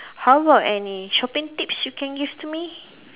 how about any shopping tips you can give to me